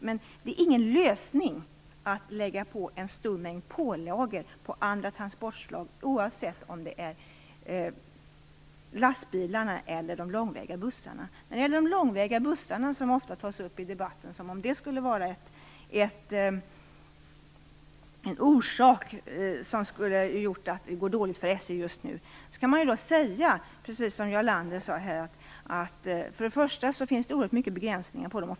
Men det är ingen lösning att ha en stor mängd pålagor på andra transportslag, oavsett om det gäller lastbilarna eller de långväga bussarna. De långväga bussarna tas ofta upp i debatten som en orsak till att det går dåligt för SJ just nu. Men precis som Jarl Lander sade här kan man säga att det för det första finns oerhört många begränsningar för bussarna.